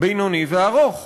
בינוני וארוך.